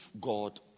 God